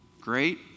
great